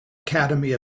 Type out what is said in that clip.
academy